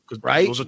right